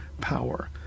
power